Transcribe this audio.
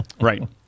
Right